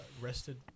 rested